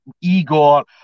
Igor